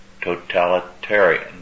totalitarian